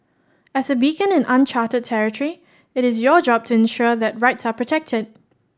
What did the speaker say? as a beacon in uncharted territory it is your job to ensure that right are protected